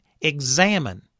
examine